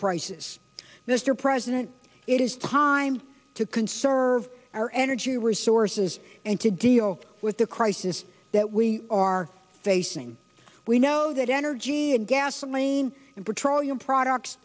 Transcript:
prices mr president it is time to conserve our energy resources and to deal with the crisis that we are facing we know that energy and gasoline and petroleum products